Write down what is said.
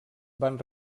van